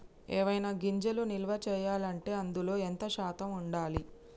ఏవైనా గింజలు నిల్వ చేయాలంటే అందులో ఎంత శాతం ఉండాలి?